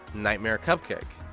nightmare cupcake.